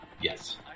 yes